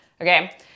Okay